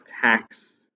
tax